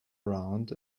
round